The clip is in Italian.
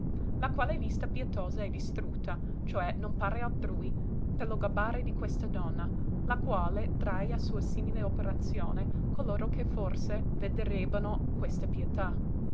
la quale vista pietosa è distrutta cioè non pare altrui per lo gabbare di questa donna la quale trae a sua simile operazione coloro che forse vederebbono questa pietà